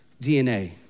DNA